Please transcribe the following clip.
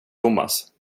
thomas